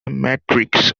matrix